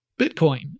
Bitcoin